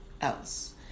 else